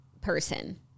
person